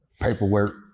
Paperwork